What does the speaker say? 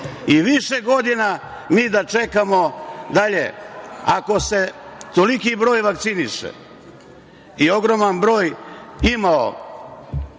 I više godina mi da čekamo, ako se toliki broj vakciniše i ogroman broj imao